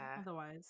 otherwise